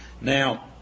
Now